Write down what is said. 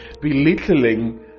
belittling